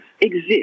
exist